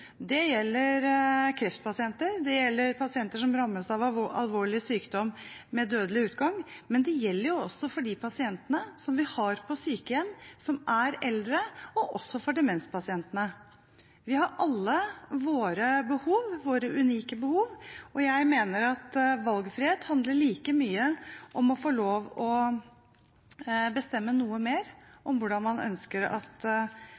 Det gjelder kreftpasienter, det gjelder pasienter som rammes av alvorlig sykdom med dødelig utgang, men det gjelder jo også for de pasientene som vi har på sykehjem, som er eldre, og også for demenspasientene. Vi har alle våre unike behov, og jeg mener at valgfrihet handler like mye om å få lov til å bestemme noe mer om hvordan man ønsker at